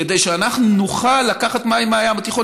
כדי שאנחנו נוכל לקחת מים מהים התיכון,